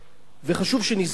חשוב שנזכור,